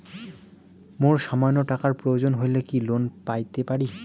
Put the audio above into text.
মোর সামান্য টাকার প্রয়োজন হইলে কি লোন পাইতে পারি?